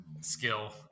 skill